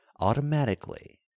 Automatically